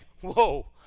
whoa